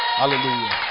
Hallelujah